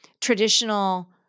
traditional